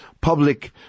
public